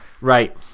right